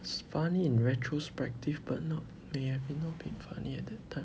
funny in retrospective but not may have not been funny at that time